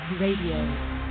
Radio